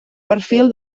perfil